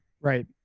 Right